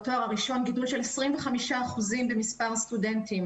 בתואר הראשון גידול של 25% במספר הסטודנטים